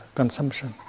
consumption